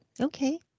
Okay